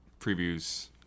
previews